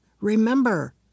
remember